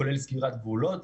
כולל סגירת גבולות,